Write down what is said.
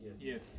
Yes